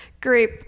group